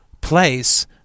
place